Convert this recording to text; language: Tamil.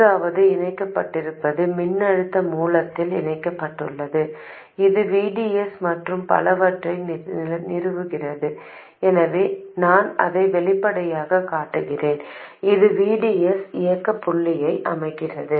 எங்காவது இணைக்கப்பட்டிருப்பது மின்னழுத்த மூலத்தால் இணைக்கப்பட்டுள்ளது இது V D S மற்றும் பலவற்றை நிறுவுகிறது எனவே நான் அதை வெளிப்படையாகக் காட்டுகிறேன் இது V D S இயக்க புள்ளியை அமைக்கிறது